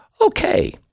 Okay